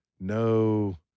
no